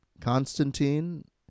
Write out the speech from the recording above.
Constantine